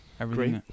Great